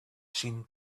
seen